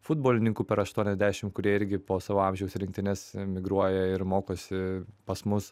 futbolininkų per aštuoniasdešim kurie irgi po savo amžiaus rinktines migruoja ir mokosi pas mus